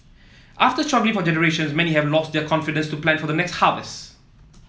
after struggling for generations many have lost their confidence to plan for the next harvest